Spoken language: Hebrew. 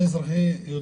כן, כן.